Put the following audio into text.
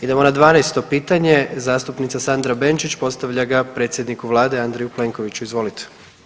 Idemo na 12 pitanje zastupnica Sandra Benčić postavlja ga predsjedniku Vlade, Andreju Plenkoviću, izvolite.